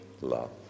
love